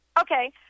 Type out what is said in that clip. okay